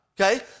okay